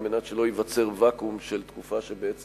על מנת שלא ייווצר ואקום של תקופה שבעצם